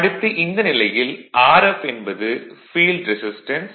அடுத்து இந்த நிலையில் Rf என்பது ஃபீல்டு ரெசிஸ்டன்ஸ்